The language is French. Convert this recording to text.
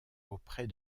auprès